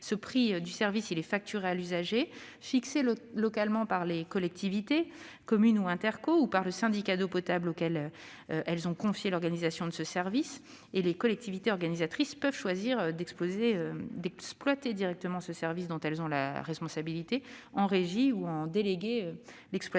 distribution et les réseaux. Il est fixé localement par la collectivité- la commune ou l'intercommunalité -ou par le syndicat d'eau potable auquel elle a confié l'organisation du service. Les collectivités organisatrices peuvent choisir d'exploiter directement le service dont elles ont la responsabilité en régie ou d'en déléguer l'exploitation